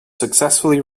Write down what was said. successfully